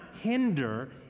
hinder